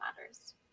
matters